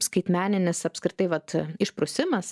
skaitmeninis apskritai vat išprusimas